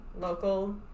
local